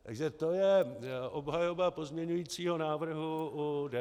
Takže to je obhajoba pozměňujícího návrhu u DPH.